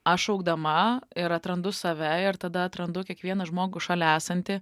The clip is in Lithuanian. aš aukdama ir atrandu save ir tada atrandu kiekvieną žmogų šalia esantį